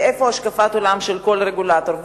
ואיפה השקפת עולם של כל רגולטור,